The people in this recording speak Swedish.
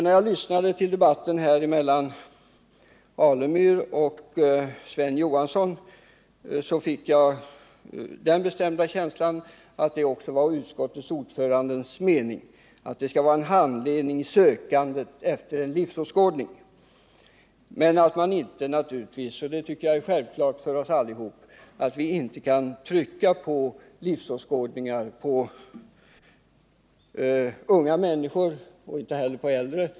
När jag lyssnade till debatten mellan Stig Alemyr och Sven Johansson, fick jag den bestämda känslan att det också var utskottets ordförandes mening att skolan skall ge handledning i sökandet efter en livsåskådning men att man naturligtvis inte — och det tycker jag är självklart för oss allihop — kan trycka på livsåskådningar på unga människor och inte heller på äldre.